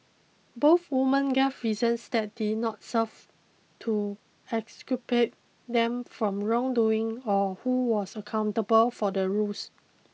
both woman gave reasons that did not serve to exculpate them from wrongdoing or who was accountable for the ruse